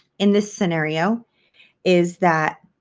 in this scenario is that